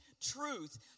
truth